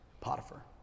Potiphar